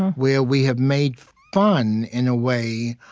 where we have made fun, in a way,